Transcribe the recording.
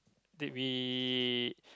that we